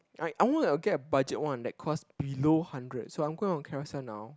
like I want to get a budget one that cost below hundred so I'm go to Carousell now